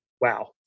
wow